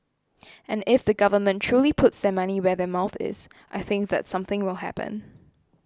and if the government truly puts their money where their mouth is I think that something will happen